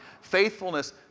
faithfulness